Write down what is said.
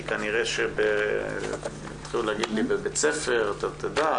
כי יתחילו להגיד לי בבית ספר אתה תדע,